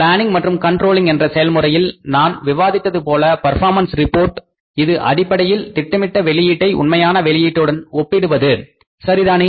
planning மற்றும் controlling என்ற செயல் முறையில் நான் விவாதித்தது போல பர்பாமன்ஸ் ரிப்போர்ட் இது அடிப்படையில் திட்டமிட்ட வெளியீட்டை உண்மையான வெளியீட்டுடன் ஒப்பிடுவது சரிதானே